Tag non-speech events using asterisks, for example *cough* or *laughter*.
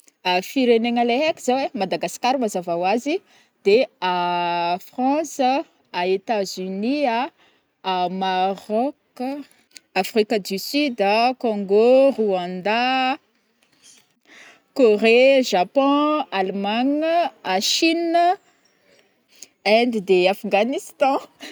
*hesitation* Firenegna le haiko zao ai, *hesitation* Madagascar mazava oazy, de *hesitation* France, Etats-Unis, Maroc, Afrique du Sud, Congo, Rwanda, Koréa, Japon, Allemagne, Chine, Inde de Afghanistan. *laughs*